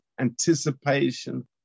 anticipation